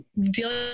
dealing